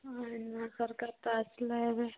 ହଁ ନୂଆ ସରକାର ତ ଆସିଲା ଏବେ